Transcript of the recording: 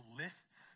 lists